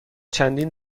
چندین